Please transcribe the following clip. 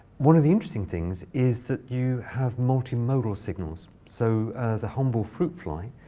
one of the interesting things is that you have multimodal signals. so the humble fruit fly